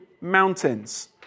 mountains